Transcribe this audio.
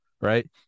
right